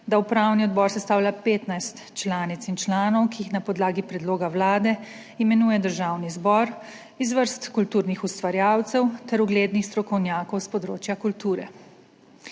da upravni odbor sestavlja 15 članic in članov, ki jih na podlagi predloga Vlade imenuje Državni zbor iz vrst kulturnih ustvarjalcev ter uglednih strokovnjakov s področja kulture.